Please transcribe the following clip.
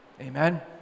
Amen